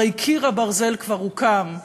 הרי קיר הברזל כבר הוקם,